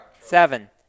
Seven